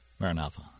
Maranatha